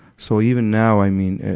so even now, i mean,